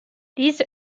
these